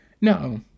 No